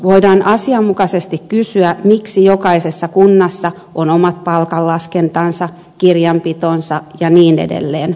voidaan asianmukaisesti kysyä miksi jokaisessa kunnassa on omat palkanlaskentansa kirjanpitonsa ja niin edelleen